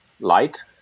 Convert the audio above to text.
light